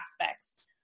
aspects